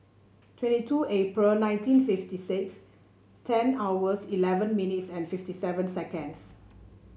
twenty two April nineteen fifty six ten hours eleven minutes and fifty seven seconds